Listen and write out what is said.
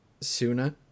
sooner